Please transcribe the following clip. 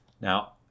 Now